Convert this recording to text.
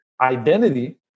identity